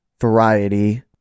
Variety